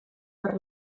per